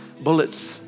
bullets